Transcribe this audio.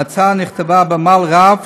ההצעה נכתבה בעמל רב,